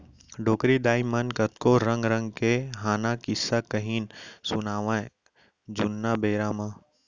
डोकरी दाइ मन कतको रंग रंग के हाना, किस्सा, कहिनी सुनावयँ जुन्ना बेरा म